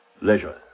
leisure